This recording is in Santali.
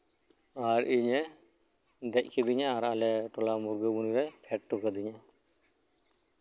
ᱟᱨ ᱤᱧᱮ ᱫᱮᱡ ᱠᱮᱫᱤᱧᱟ ᱟᱨ ᱟᱞᱮ ᱴᱚᱞᱟ ᱢᱩᱨᱜᱟᱹᱵᱚᱱᱤ ᱨᱮ ᱯᱷᱮᱰ ᱦᱚᱴᱚ ᱠᱤᱫᱤᱧᱟ